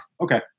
Okay